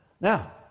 Now